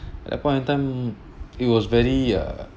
that point of time it was very uh